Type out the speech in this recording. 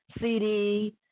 CD